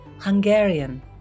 Hungarian